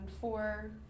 four